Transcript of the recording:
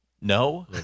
No